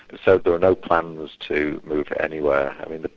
so there are no plans to move anywhere. i mean, but